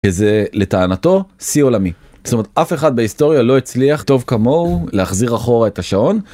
זה לטענתו שיא עולמי ,זאת אומרת, אף אחד בהיסטוריה לא הצליח טוב כמוהו להחזיר אחורה את השעון.